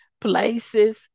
places